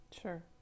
sure